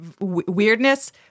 weirdness